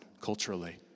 culturally